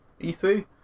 E3